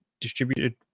distributed